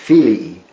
Filii